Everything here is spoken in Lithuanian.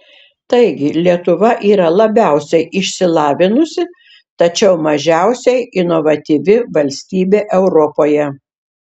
taigi lietuva yra labiausiai išsilavinusi tačiau mažiausiai inovatyvi valstybė europoje